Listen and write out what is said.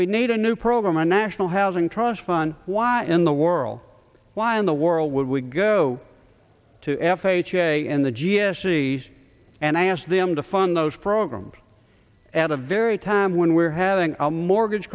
we need a new program a national housing trust fund why in the world why in the world would we go to f h a and the g s t and i asked them to fund those programs at the very time when we're having a mortgage